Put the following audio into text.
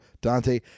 dante